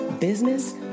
business